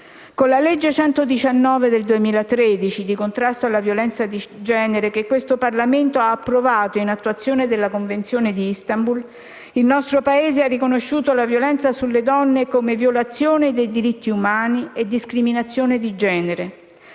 Con la legge n. 119 del 2013 di contrasto alla violenza di genere, che questo Parlamento ha approvato in attuazione della Convenzione di Istanbul, il nostro Paese ha riconosciuto la violenza sulle donne come violazione dei diritti umani e discriminazione di genere.